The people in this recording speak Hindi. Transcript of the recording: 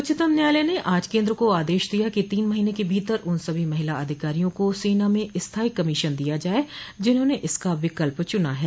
उच्चतम न्यायालय ने आज केन्द्र को आदेश दिया कि तीन महीने के भीतर उन सभी महिला अधिकारियों को सेना में स्थाई कमीशन दिया जाए जिन्होंने इसका विकल्प चुना है